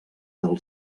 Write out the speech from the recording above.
del